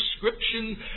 description